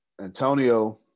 Antonio